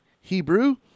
Hebrew